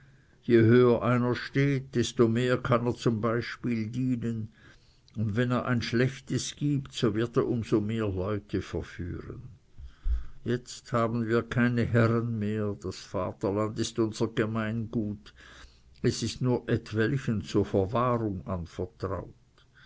je höher einer steht desto mehr kann er zum beispiel dienen und wenn er ein schlechtes gibt so wird er um so mehr leute verführen jetzt haben wir keine herren mehr das vaterland ist unser gemeingut es ist nur etwelchen zur verwaltung anvertraut